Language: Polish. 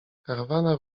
karawana